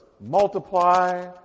multiply